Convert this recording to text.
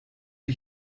wir